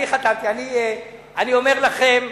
אני אומר לכם,